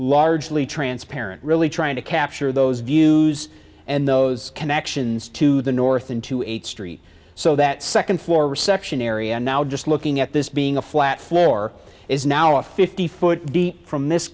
largely transparent really trying to capture those views and those connections to the north into a street so that second floor reception area now just looking at this being a flat floor is now a fifty foot from this